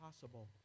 possible